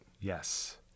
Yes